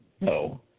No